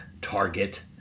target